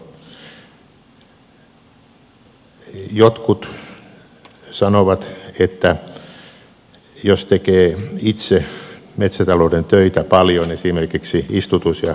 jotkut sanovat että jos tekee itse metsätalouden töitä paljon esimerkiksi istutus ja hoitotöitä siitä tulee kannattavaa